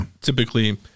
typically